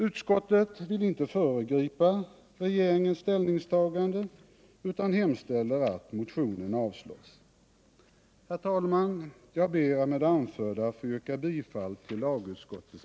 Utskottet vill inte föregripa regeringens ställningstagande utan hemställer att motionen avstyrks.